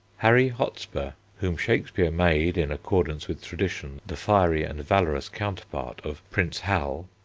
harry hotspur, whom shakespeare made in accordance with tradition the fiery and valorous counterpart of prince hal,